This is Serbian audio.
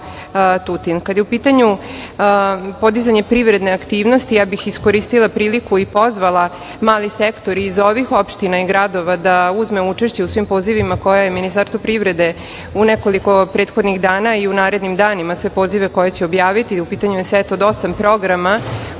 je u pitanju podizanje privredne aktivnosti, ja bih iskoristila priliku i pozvala mali sektor iz ovih opština i gradova da uzme učešće u svim pozivima koje je Ministarstvo privrede u nekoliko prethodnih dana i koje će u narednim danima objaviti. U pitanju je set od osam programa